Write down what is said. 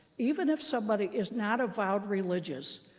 even if somebody is not avowed religious,